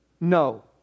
No